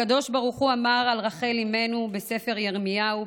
הקדוש ברוך הוא אמר על רחל אימנו בספר ירמיהו,